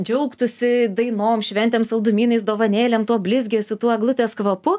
džiaugtųsi dainom šventėm saldumynais dovanėlėm tuo blizgesio tuo eglutės kvapu